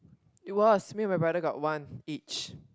it was me and my brother got one each